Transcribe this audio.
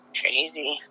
Crazy